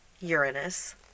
Uranus